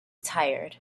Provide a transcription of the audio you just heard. tired